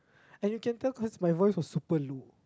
and you can tell cause my voice was super low